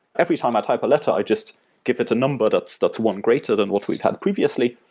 every time i type a letter i just give it a number that's that's one greater than what we have previously,